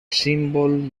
símbol